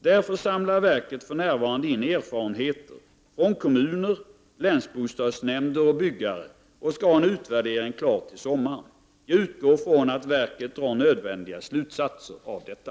Därför samlar verket för närvarande in erfarenheter från kommuner, länsbostadsnämnder och byggare och skall ha en utvärdering klar till sommaren. Jag utgår från att verket drar nödvändiga slutsatser av detta.